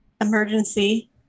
Emergency